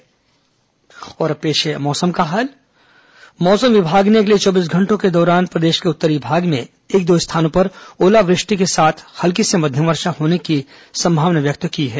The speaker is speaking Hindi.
मौसम और अब पेश है मौसम का हाल मौसम विभाग ने अगले चौबीस घंटों के दौरान प्रदेश के उत्तरी भाग में एक दो स्थानों पर ओलावृष्टि के साथ हल्की से मध्यम वर्षा होने की संभावना व्यक्त की है